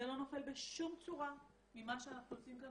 זה לא נופל בשום צורה ממה שאנחנו עושים כאן,